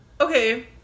okay